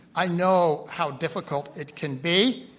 i know how difficult it can be.